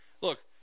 look